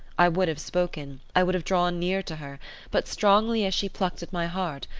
i would have spoken, i would have drawn near to her but strongly as she plucked at my heart,